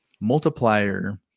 multiplier